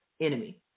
enemy